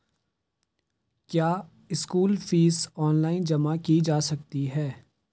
क्या school fees online जमा की जा सकती है?